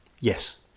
Yes